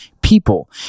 people